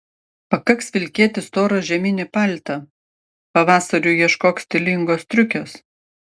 pakaks vilkėti storą žieminį paltą pavasariui ieškok stilingos striukės